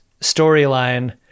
storyline